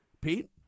Pete